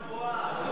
גבוהה.